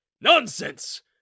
Nonsense